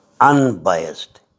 unbiased